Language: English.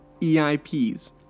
EIPs